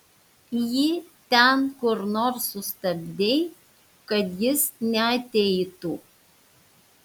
jį ten kur nors sustabdei kad jis neateitų